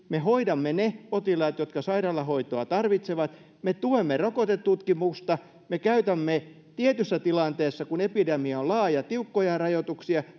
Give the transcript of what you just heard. me hoidamme ne potilaat jotka sairaalahoitoa tarvitsevat me tuemme rokotetutkimusta me käytämme tietyssä tilanteessa kun epidemia on laaja tiukkoja rajoituksia